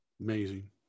Amazing